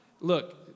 look